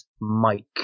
mike